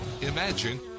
Imagine